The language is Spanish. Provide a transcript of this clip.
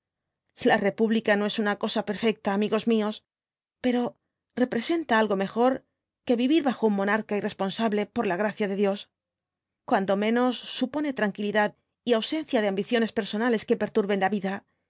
la república no es una cosa perfecta amigos míos pero representa algo mejor que vivir bajo un monarca irresponsable por la gracia de dios cuando menos supone tranquilidad y ausencia de ambiciones personales que perturben la vida